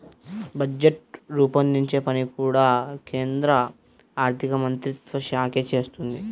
budget రూపొందించే పని కూడా కేంద్ర ఆర్ధికమంత్రిత్వ శాఖే చేస్తుంది